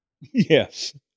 Yes